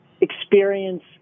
experience